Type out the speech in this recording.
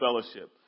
Fellowship